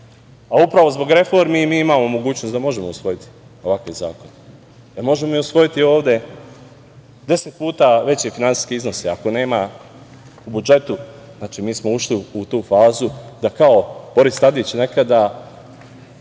Upravo zbog reformi mi imamo mogućnost da možemo usvojiti ovakve zakone. Možemo mi usvojiti ovde deset puta veće finansijske iznose, ali ako nema u budžetu… Znači, mi smo ušli u tu fazu da kao Boris Tadić nekad